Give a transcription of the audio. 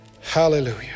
Hallelujah